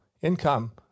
income